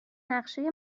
نقشه